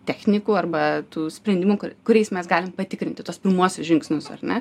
technikų arba tų sprendimų kuriais mes galim patikrinti tuos pirmuosius žingsnius ar ne